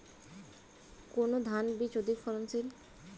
কোন ধান বীজ অধিক ফলনশীল?